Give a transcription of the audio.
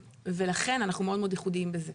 לכן אנחנו מאוד ייחודיים בזה.